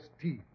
teeth